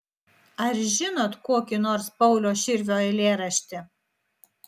ar žinot kokį nors pauliaus širvio eilėraštį